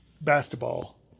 basketball